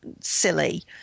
silly